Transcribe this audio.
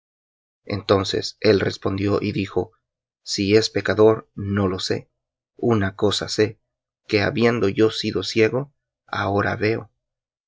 entonces él respondió y dijo si es pecador no lo sé una cosa sé que habiendo yo sido ciego ahora veo